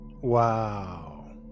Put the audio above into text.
Wow